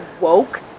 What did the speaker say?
woke